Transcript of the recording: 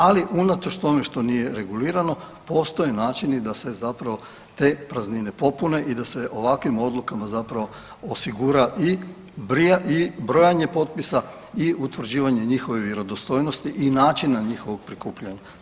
Ali unatoč tome što nije regulirano postoje načini da se zapravo te praznine popune i da se ovakvim odlukama zapravo osigura i brojanje potpisa i utvrđivanje njihove vjerodostojnosti i načina njihova prikupljanja.